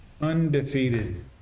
Undefeated